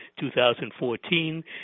2014